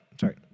sorry